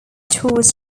tours